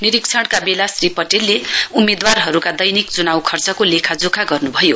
निरीक्षणका बेला श्री पटेलले उम्मेद्वारहरू दैनिक च्नाउ खर्चको लेखोजोखा गर्नु भयो